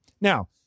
Now